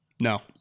No